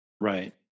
Right